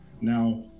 now